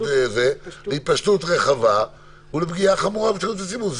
להתפשטות רחבה ולפגיעה חמורה בבריאות בציבור.